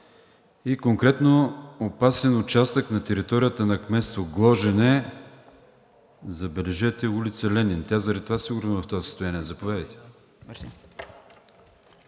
и конкретно опасен участък на територията на кметство Гложене, забележете ул. „Ленин“, тя заради това е в това състояние!